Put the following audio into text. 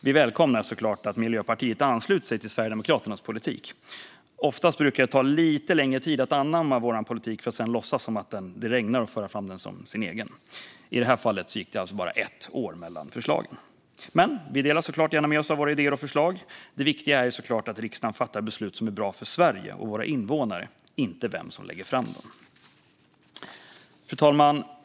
Vi välkomnar såklart att Miljöpartiet ansluter sig till Sverigedemokraternas politik. Oftast brukar ta det ta lite längre tid att anamma vår politik för att sedan låtsas som att det regnar och föra fram den som sin egen. I det här fallet gick det alltså bara ett år mellan förslagen. Men vi delar såklart gärna med oss av våra idéer och förslag. Det viktiga är att riksdagen fattar beslut som är bra för Sverige och våra invånare, inte vem som lägger fram dem. Fru talman!